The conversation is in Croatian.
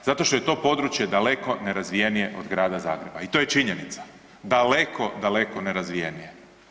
Zato što je to područje daleko nerazvijenije od Grada Zagreba i to je činjenica, daleko, daleko nerazvijenije.